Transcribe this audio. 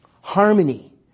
harmony